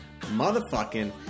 Motherfucking